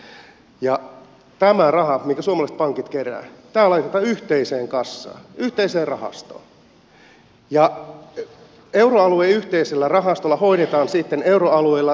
tämä raha minkä suomalaiset pankit keräävät laitetaan yhteiseen kassaan yhteiseen rahastoon ja euroalueen yhteisellä rahastolla hoidetaan sitten euroalueella kriisipankkeja